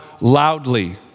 loudly